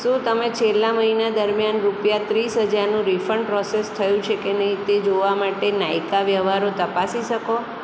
શું તમે છેલ્લા મહિના દરમિયાન રૂપિયા ત્રીસ હજારનું રીફંડ પ્રોસેસ થયું છે કે નહીં તે જોવા માટે નાયકા વ્યવહારો તપાસી શકો